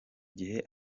gihe